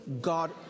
God